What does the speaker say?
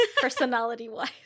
personality-wise